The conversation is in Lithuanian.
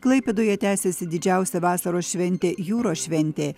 klaipėdoje tęsiasi didžiausia vasaros šventė jūros šventė